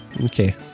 okay